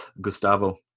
Gustavo